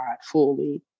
fully